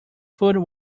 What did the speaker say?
food